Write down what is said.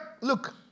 Look